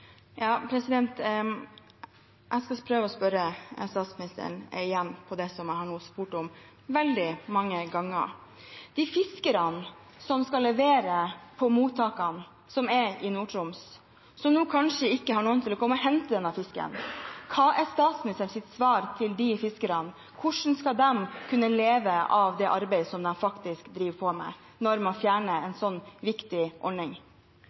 Jeg skal prøve å spørre statsministeren igjen om det jeg nå har spurt om veldig mange ganger: De fiskerne som skal levere på mottakene i Nord-Troms, som nå kanskje ikke har noen til å komme og hente denne fisken, hva er statsministerens svar til dem? Hvordan skal de kunne leve av det arbeidet som de faktisk driver på med, når man fjerner en sånn viktig ordning?